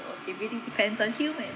so it really depends on humans